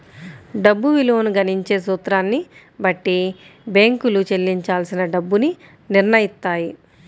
డబ్బు విలువను గణించే సూత్రాన్ని బట్టి బ్యేంకులు చెల్లించాల్సిన డబ్బుని నిర్నయిత్తాయి